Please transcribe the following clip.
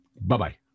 Bye-bye